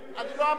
אני לא אמרתי,